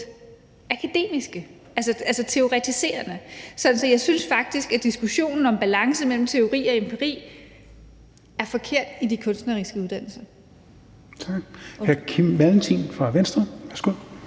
akademiske, altså teoretiserende. Så jeg synes faktisk, at diskussionen om balance mellem teori og empiri rammer forkert i forhold til de kunstneriske uddannelser. Kl. 19:59 Tredje næstformand